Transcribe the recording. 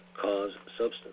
cause-substance